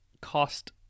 cost